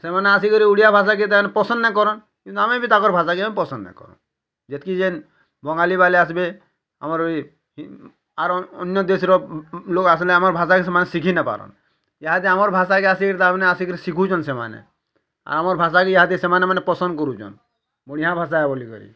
ସେମାନେ ଆସିକିରି ଓଡ଼ିଆ ଭାଷାକେ ତାମାନେ ପସନ୍ଦ୍ ନାଇଁକରନ୍ କିନ୍ତୁ ଆମେ ବି ତାଙ୍କର୍ ଭାଷାକେ ପସନ୍ଦ୍ ନାଇଁକରୁ ଯେତ୍କି ଜେନ୍ ବଙ୍ଗାଲି ବାଲେ ଆସବେ ଆମର୍ ଇଏ ଆର୍ ଅନ୍ୟ ଦେଶ୍ ର ଲୋକ୍ ଆସିଲେ ଆମର୍ ଭାଷାକେ ସେମାନେ ଶିଖି ନାଇଁପାରନ୍ ୟାହାଦେ ଆମର୍ ଭାଷାକେ ଆସିକିରି ତାମାନେ ଆସିକିରି ଶିଖୁଛନ୍ ସେମାନେ ଆମର୍ ଭାଷାକେ ୟାହାଦେ ସେମାନେ ମାନେ ପସନ୍ଦ୍ କରୁଛନ୍ ବଢ଼ିଆଁ ଭାଷା ବୋଲିକରି